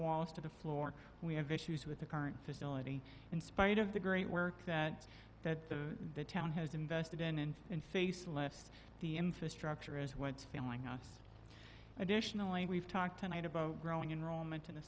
walls to the floor we have issues with the current facility in spite of the great work that that the the town has invested in and in face left the infrastructure is was failing us additionally we've talked a night about growing enrollment in the